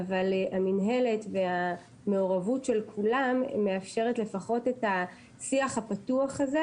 אבל המינהלת והמעורבות של כולם מאפשרת לפחות את השיח הפתוח הזה.